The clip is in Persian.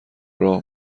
راه